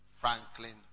Franklin